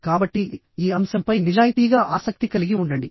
కాబట్టి ఈ అంశంపై నిజాయితీగా ఆసక్తి కలిగి ఉండండి